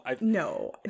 No